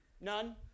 None